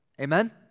Amen